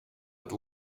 but